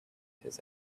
his